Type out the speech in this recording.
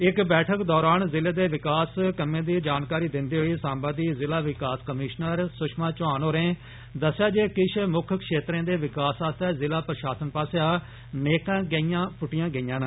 इस बैठक दोरान जिले दे विकास कम्में दी जानकारी दिन्दे होई सांबा दी जिला विकास कमीश्नर सुषमा चौहान होरें दस्सेया जे किश मुक्ख क्षेत्रें दे विकास आस्तै ज़िला प्रशासन पास्सेया नेकां गैंई पुष्टियां गेइयां न